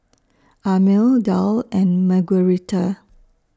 Amil Dale and Margueritta